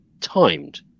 timed